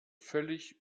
völlig